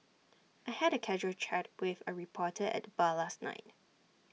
I had A casual chat with A reporter at the bar last night